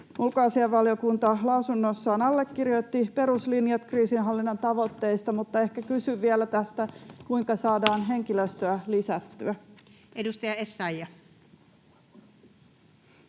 Ulkoasiainvaliokunta lausunnossaan allekirjoitti peruslinjat kriisinhallinnan tavoitteista, mutta ehkä kysyn vielä tästä: kuinka saadaan henkilöstöä lisättyä? Edustaja Essayah.